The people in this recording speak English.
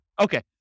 Okay